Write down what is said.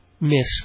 miss